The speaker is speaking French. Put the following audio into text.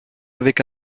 avec